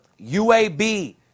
UAB